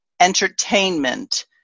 entertainment